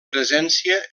presència